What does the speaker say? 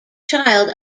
child